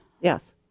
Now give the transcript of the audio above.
Yes